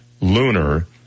lunar